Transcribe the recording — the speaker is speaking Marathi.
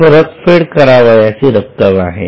ही परतफेड करावयाची रक्कम आहे